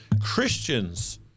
Christians